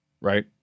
right